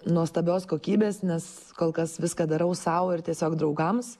nuostabios kokybės nes kol kas viską darau sau ir tiesiog draugams